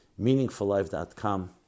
Meaningfullife.com